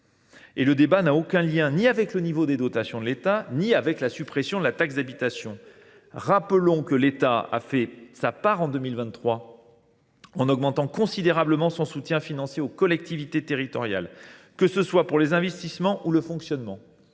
! Le débat n’a aucun lien ni avec le niveau des dotations de l’État ni avec la suppression de la taxe d’habitation. Rappelons que l’État a fait sa part en 2023 en augmentant considérablement son soutien financier aux collectivités territoriales, que ce soit pour les investissements ou le fonctionnement